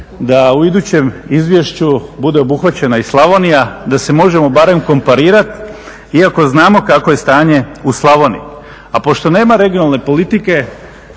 da u idućem izvješću bude obuhvaćena i Slavonija, da se možemo barem komparirati iako znamo kakvo je stanje u Slavoniji. A pošto nema regionalne politike,